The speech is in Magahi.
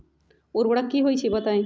उर्वरक की होई छई बताई?